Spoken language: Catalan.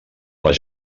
les